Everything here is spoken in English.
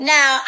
Now